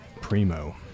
Primo